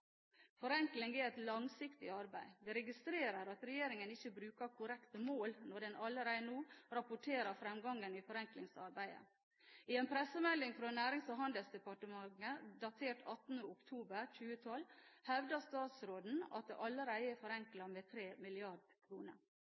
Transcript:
Forenkling er et langsiktig arbeid. Vi registrerer at regjeringen ikke bruker korrekte mål når den allerede nå rapporterer fremgangen i forenklingsarbeidet. I en nyhetssak fra Nærings- og handelsdepartementet datert 18. oktober 2012, hevdet statsråden at det allerede er forenklet for 3 mrd. kroner.